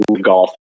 golf